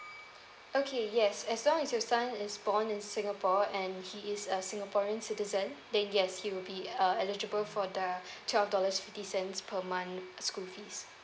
okay yes as long as your son is born in singapore and he is a singaporean citizen then yes he will be uh eligible for the twelve dollars fifty cents per month school fees